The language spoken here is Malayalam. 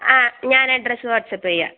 ആ ഞാൻ ഡ്രസ്സ് വാട്ട്സ്ആപ്പ് ചെയ്യാം